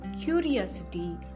curiosity